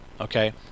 Okay